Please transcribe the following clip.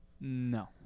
No